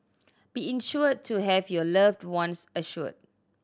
be insured to have your loved ones assured